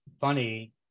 funny